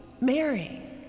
marrying